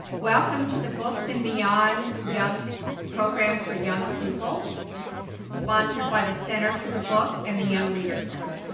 welcome to the books and beyond, young program for young people sponsored by the center for the book and the young readers center.